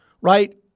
right